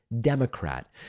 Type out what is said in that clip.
Democrat